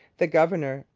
the governor,